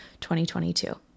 2022